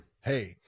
hey